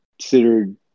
considered